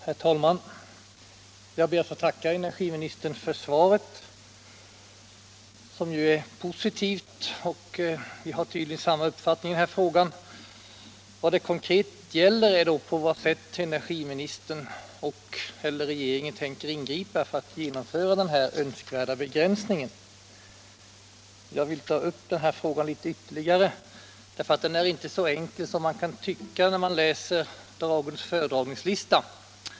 Herr talman! Jag ber att få tacka energiministern för svaret, som ju är positivt. Vi har tydligen samma uppfattning i denna fråga. Vad det konkret gäller är dock på vad sätt energiministern och/eller regeringen tänker ingripa för att genomföra den önskvärda begränsningen. Jag vill ta upp den frågan litet närmare, eftersom den inte är så enkel som man kan tycka när man läser dagens föredragningslista.